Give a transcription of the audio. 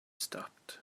stopped